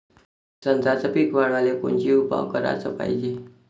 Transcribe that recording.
संत्र्याचं पीक वाढवाले कोनचे उपाव कराच पायजे?